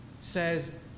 says